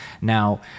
Now